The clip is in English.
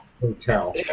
hotel